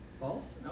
False